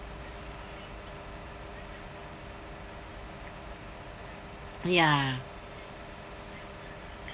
ya